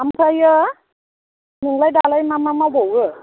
ओमफ्राय नोंलाय दालाय मा मा मावबावो